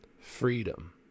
freedom